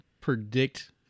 predict